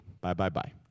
bye-bye-bye